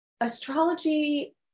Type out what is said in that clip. astrology